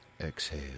exhale